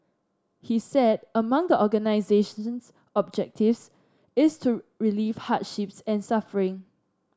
he said among the organisation's objectives is to relieve hardships and suffering